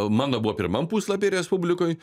mano buvo pirmam puslapy respublikoj